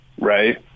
right